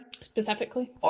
specifically